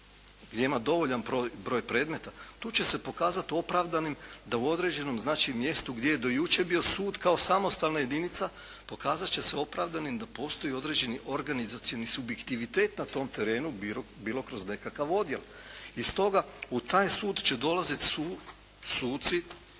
gdje ima dovoljan broj predmeta, tu će se pokazati opravdanim da u određenom znači mjestu gdje je do jučer bio sud kao samostalna jedinica, pokazati će se opravdanim da postoji određeni organizacioni subjektivitet na tom terenu bilo kroz nekakav odjel. I stoga u taj sud će dolaziti suci